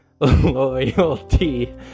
Loyalty